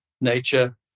nature